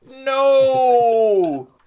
no